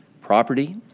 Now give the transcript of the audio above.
property